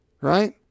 Right